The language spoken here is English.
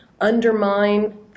undermine